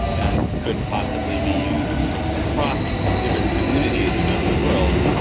and could possibly be used across different communities around the world.